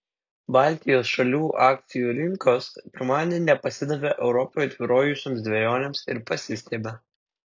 baltijos šalių akcijų rinkos pirmadienį nepasidavė europoje tvyrojusioms dvejonėms ir pasistiebė